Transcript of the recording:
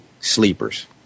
sleepers